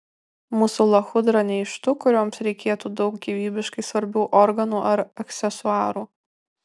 mūsų lachudra ne iš tų kurioms reikėtų daug gyvybiškai svarbių organų ar aksesuarų